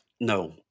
no